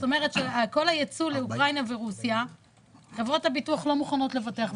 זאת אומרת שאת כל הייצוא לאוקראינה ורוסיה חברות הביטוח לא מוכנות לבטח,